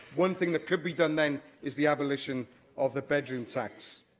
one thing that could be done then is the abolition of the bedroom tax.